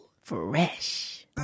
fresh